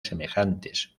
semejantes